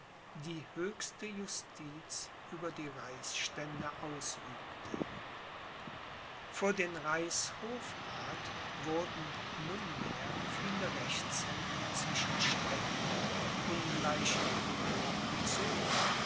die höchste justiz über die reichsstände ausübte vor den reichshofrath wurden nunmehr viele rechtshändel zwischen ständen ungleicher religion gezogen